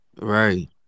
right